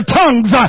tongues